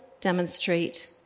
demonstrate